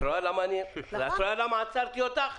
את רואה למה אני עצרתי אותך?